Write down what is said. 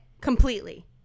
Completely